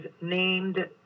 named